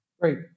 Great